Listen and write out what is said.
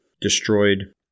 destroyed